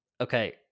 Okay